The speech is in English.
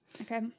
Okay